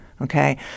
okay